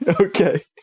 Okay